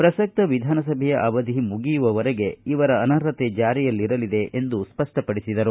ಪ್ರಸಕ್ತ ವಿಧಾನಸಭೆಯ ಅವಧಿ ಮುಗಿಯುವವರೆಗೆ ಇವರ ಅನರ್ಹತೆ ಜಾರಿಯಲ್ಲಿರಲಿದೆ ಎಂದು ಸ್ಪಪ್ಪಪಡಿಸಿದರು